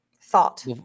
thought